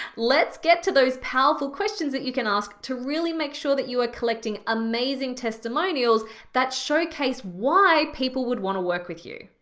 let's get to those powerful questions that you can ask to really make sure that you are collecting amazing testimonials that showcase why people would wanna work with you.